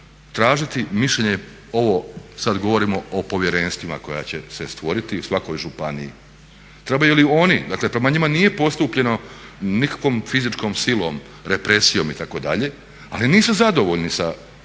tražiti mišljenje ovo sad govorimo o povjerenstvima koja će se stvoriti u svakoj županiji, trebaju li oni, dakle prema njima nije postupljeno nikakvom fizičkom silom, represijom itd. ali nisu zadovoljni sa